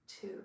Two